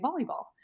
volleyball